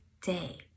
day